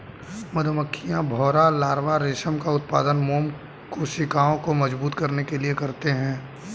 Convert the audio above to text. मधुमक्खियां, भौंरा लार्वा रेशम का उत्पादन मोम कोशिकाओं को मजबूत करने के लिए करते हैं